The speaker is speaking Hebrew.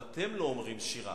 כתוב: אתם לא אומרים שירה,